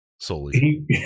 Solely